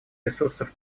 ресурсов